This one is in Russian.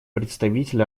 представитель